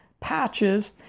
patches